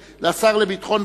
1159,